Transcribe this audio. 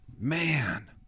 Man